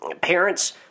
parents